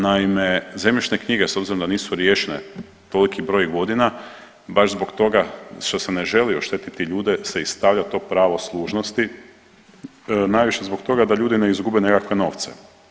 Naime, zemljišne knjige s obzirom da nisu riješene toliki broj godina baš zbog toga što se ne želi oštetiti ljude se i stavlja to pravo služnosti, najviše zbog toga da ljudi ne izgube nekakve novce.